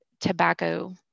tobacco